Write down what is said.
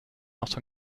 not